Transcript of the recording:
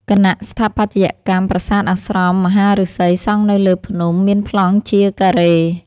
លក្ខណៈស្ថាបត្យកម្ម ប្រាសាទអាស្រមមហាឫសីសង់នៅលើភ្នំ មានប្លង់ជា ការ៉េ។